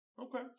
Okay